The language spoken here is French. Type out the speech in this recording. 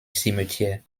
cimetière